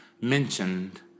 mentioned